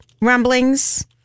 rumblings